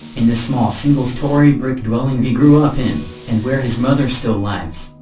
in the small single-story brick dwelling he grew up in and where his mother still lives.